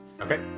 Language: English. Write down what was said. Okay